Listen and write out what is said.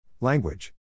Language